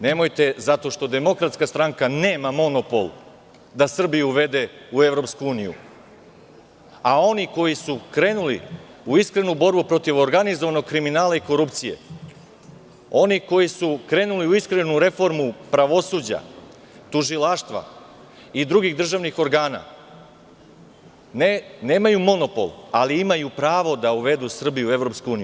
Nemojte zato što DS nema monopol da Srbiju uvede u EU, a oni koji su krenuli u iskrenu borbu protiv organizovanog kriminala i korupcije, oni koji su krenuli u iskrenu reformu pravosuđa, tužilaštva i drugih državnih organa, nemaju monopol ali imaju pravu da uvedu Srbiju u EU.